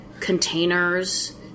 containers